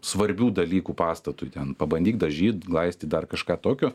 svarbių dalykų pastatui ten pabandyk dažyt glaistyt dar kažką tokio